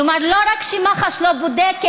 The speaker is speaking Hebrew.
כלומר לא רק שמח"ש לא בודקת,